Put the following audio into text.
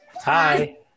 hi